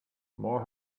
more